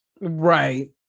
Right